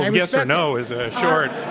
um yes or no isn't a short